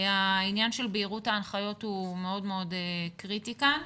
העניין של בהירות ההנחיות הוא מאוד קריטי כאן.